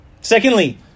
Secondly